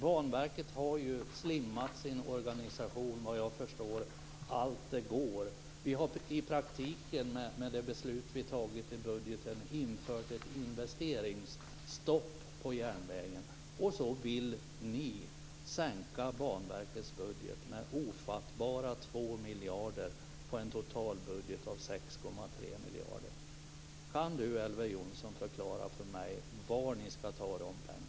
Banverket har ju slimmat sin organisation, såvitt jag förstår, så långt det går. I praktiken har vi, med det beslut som vi tagit i fråga om budgeten, infört ett investeringsstopp för järnvägen. I det läget vill ni alltså sänka Banverkets budget med ofattbara 2 miljarder; detta på en totalbudget om 6,3 miljarder. Kan Elver Jonsson förklara för mig var ni ska ta de pengarna?